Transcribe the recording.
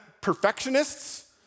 perfectionists